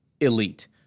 elite